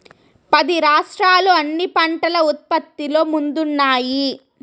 పది రాష్ట్రాలు అన్ని పంటల ఉత్పత్తిలో ముందున్నాయి